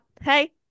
hey